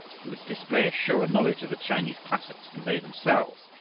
he would display a surer knowledge of the chinese classics than they themselves,